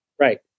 Right